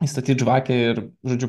įstatyti žvakę ir žodžiu